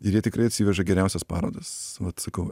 ir jie tikrai atsiveža geriausias parodas vat sakau